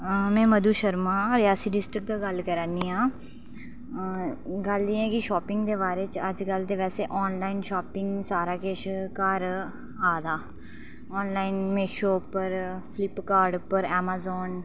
हां मे मधु शर्मा रियासी डिस्ट्रिक्ट दा गल्ल करा नी आं गल्ल एह् ऐ कि शापिंग दे बारे च अजकल ते बैसे आनॅलाइन शापिंग सारा किश घर आ दा आनॅलाइन में मीशो उप्पर फ्लिपकार्ट उप्पर ऐमाजोन